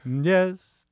Yes